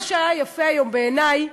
מה שהיה יפה מאוד היום, בעיני,